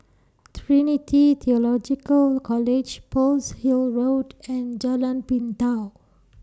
Trinity Theological College Pearl's Hill Road and Jalan Pintau